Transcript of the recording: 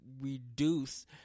reduce